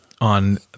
On